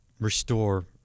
restore